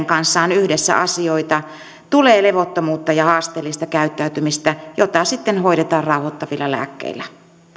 kanssaan yhdessä asioita tulee levottomuutta ja haasteellista käyttäytymistä jota sitten hoidetaan rauhoittavilla lääkkeillä